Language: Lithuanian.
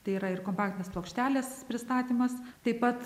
tai yra ir kompaktinės plokštelės pristatymas taip pat